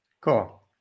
Cool